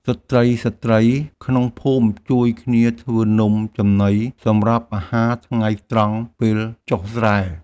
ស្រ្តីៗក្នុងភូមិជួយគ្នាធ្វើនំចំណីសម្រាប់អាហារថ្ងៃត្រង់ពេលចុះស្រែ។